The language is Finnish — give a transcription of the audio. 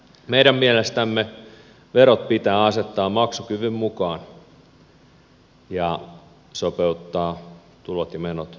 meidän mielestämme verot pitää asettaa maksukyvyn mukaan ja sopeuttaa tulot ja menot oikein